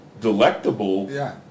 delectable